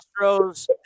Astros